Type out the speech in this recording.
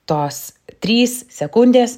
tos trys sekundės